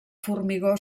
formigó